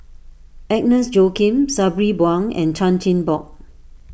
Agnes Joaquim Sabri Buang and Chan Chin Bock